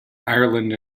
ireland